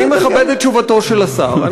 אני מכבד את תשובתו של השר.